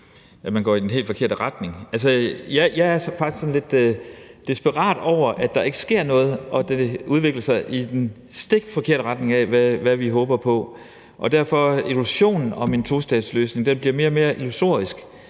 om man går i den helt forkerte retning. Jeg er faktisk sådan lidt desperat over, at der ikke sker noget, og at det udvikler sig i den stik modsatte retning af, hvad vi håber på. Derfor bliver idéen om en tostatsløsning mere og mere illusorisk.